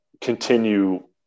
continue